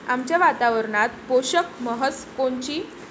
आमच्या वातावरनात पोषक म्हस कोनची?